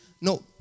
No